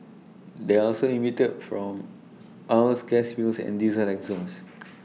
they also emitted from oils gas fields and diesel exhaust